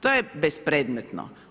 To je bespredmetno.